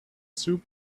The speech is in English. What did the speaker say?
soup